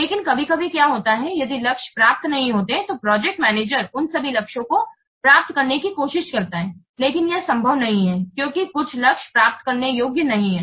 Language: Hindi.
लेकिन कभी कभी क्या होता है यदि लक्ष्य प्राप्त नहीं होते हैं तो प्रोजेक्ट मैनेजर उन सभी लक्ष्यों को प्राप्त करने की कोशिश करता है लेकिन यह संभव नहीं है क्योकि कुछ लक्ष्य प्राप्त करने योग्य नहीं हैं